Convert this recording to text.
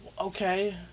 Okay